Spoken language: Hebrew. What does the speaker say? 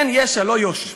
כן, יש"ע, לא יו"ש.